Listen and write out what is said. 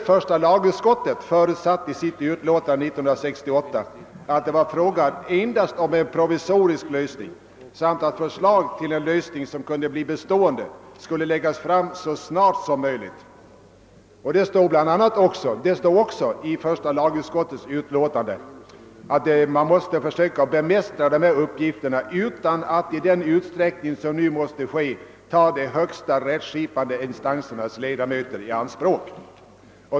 Första lagutskottet förutsatte i sitt utlåtande 1968 att det endast var fråga om en provisorisk lösning samt att förslag till en lösning som kunde bli bestående skulle läggas fram så snart som möjligt. Det stod även i första lagutskottets utlåtande att man måste försöka bemästra dessa uppgifter »utan att i den utsträckning som nu måste ske ta de högsta rättskipande instansernas ledamöter i anspråk».